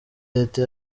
leta